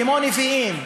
כמו נביאים,